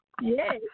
Yes